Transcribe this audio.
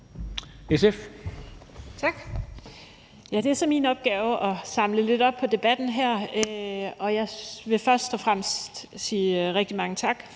(SF): Tak. Det er så min opgave at samle lidt op på debatten her. Jeg vil først og fremmest sige rigtig mange tak